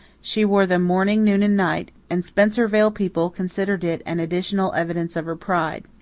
she wore them morning, noon, and night, and spencervale people considered it an additional evidence of her pride.